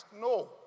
No